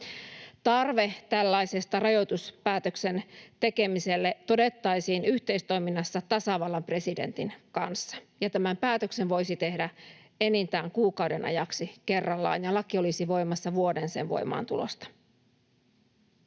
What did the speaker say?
Tarve tällaiselle rajoituspäätöksen tekemiselle todettaisiin yhteistoiminnassa tasavallan presidentin kanssa. Tämän päätöksen voisi tehdä enintään kuukauden ajaksi kerrallaan, ja laki olisi voimassa vuoden sen voimaantulosta.